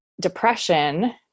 depression